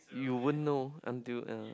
you won't know until yeah